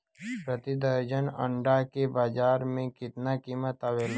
प्रति दर्जन अंडा के बाजार मे कितना कीमत आवेला?